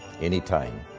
anytime